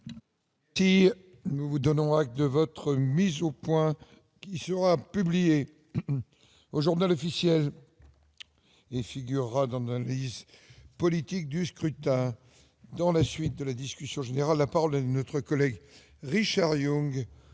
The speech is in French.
Et nous vous donnons acte de votre mise au point qui sera publié au Journal officiel et figurera dans le lit politiques du scrutin dans la suite de la discussion générale, notre collègue Richard Yung